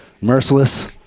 merciless